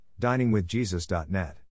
DiningWithJesus.net